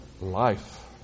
life